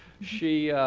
she